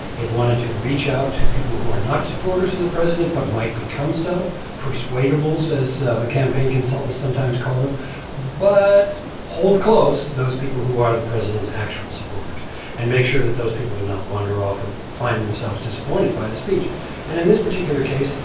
it wanted to reach out to people who are not supporters of the president but might become so persuadables, as so the campaign consultants sometimes call them but hold close those people who are the president's actual supporters and make sure that those people not wander off or find themselves disappointed by the speech and in this particular case,